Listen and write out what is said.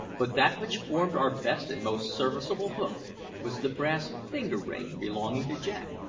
but that which formed our best and most serviceable hook was the brass finger-ring belonging to jack.